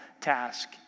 task